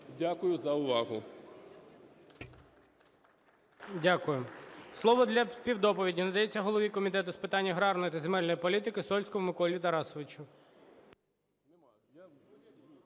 Дякую за увагу.